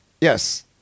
yes